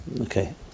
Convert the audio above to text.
Okay